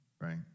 right